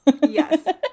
yes